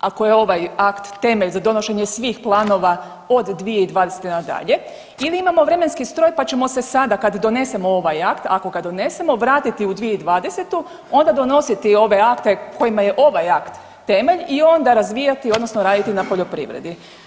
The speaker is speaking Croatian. ako je ovaj akt temelj za donošenje svih planova od 2020. nadalje ili imamo vremenski stroj pa ćemo se sada kad donesemo ovaj akt, ako ga donesemo, vratiti u 2020. onda donositi ove akte kojima je ovaj akt temelj i onda razvija odnosno raditi na poljoprivredi.